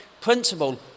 principle